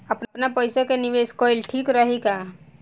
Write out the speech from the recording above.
आपनपईसा के निवेस कईल ठीक रही का?